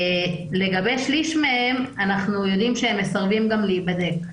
לגבי שליש מהם אנחנו יודעים שהם מסרבים גם להיבדק.